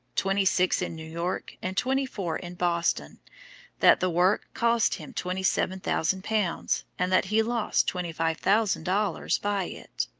twenty six in new york and twenty four in boston that the work cost him twenty seven thousand pounds and that he lost twenty five thousand dollars by it.